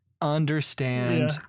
understand